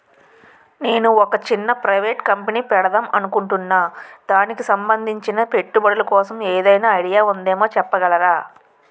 నేను ఒక చిన్న ప్రైవేట్ కంపెనీ పెడదాం అనుకుంటున్నా దానికి సంబందించిన పెట్టుబడులు కోసం ఏదైనా ఐడియా ఉందేమో చెప్పగలరా?